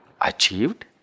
achieved